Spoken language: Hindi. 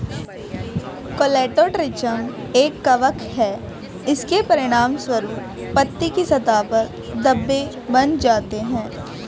कोलेटोट्रिचम एक कवक है, इसके परिणामस्वरूप पत्ती की सतह पर धब्बे बन जाते हैं